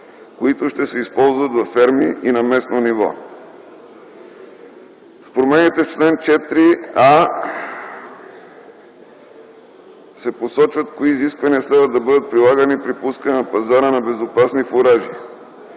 които ще се използват във ферми на местно ниво. С промените в чл. 4а се посочва кои изисквания следва да бъдат прилагани при пускане на пазара на безопасни фуражи,